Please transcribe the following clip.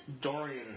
Dorian